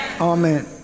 Amen